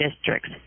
districts